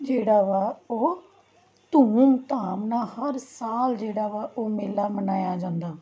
ਜਿਹੜਾ ਵਾ ਉਹ ਧੂਮ ਧਾਮ ਨਾਲ ਹਰ ਸਾਲ ਜਿਹੜਾ ਵਾ ਉਹ ਮੇਲਾ ਮਨਾਇਆ ਜਾਂਦਾ